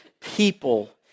people